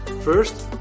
First